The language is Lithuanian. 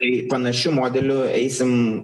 tai panašiu modeliu eisim